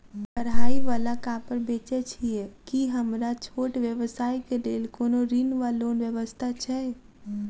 कढ़ाई वला कापड़ बेचै छीयै की हमरा छोट व्यवसाय केँ लेल कोनो ऋण वा लोन व्यवस्था छै?